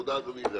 תודה, אדוני.